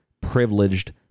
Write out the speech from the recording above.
privileged